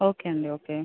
okay అండి okay